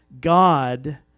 God